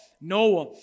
Noah